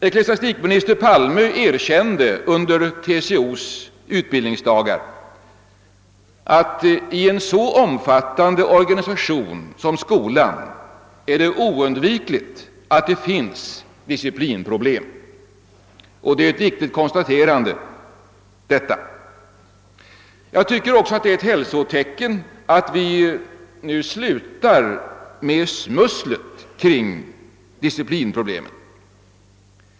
Ecklesiastikminister Palme erkände under TCO:s utbildningsdagar att det i en så omfattande organisation som skolan är oundvikligt att det förekommer disciplinproblem. Detta är ett viktigt konstaterande. Jag tycker också att det är ett hälsotecken att vi nu slutar med smusslet kring disciplinproblemen.